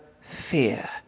fear